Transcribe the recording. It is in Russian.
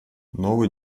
новые